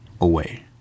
away